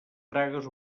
tragues